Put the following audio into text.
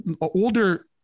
older